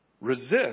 Resist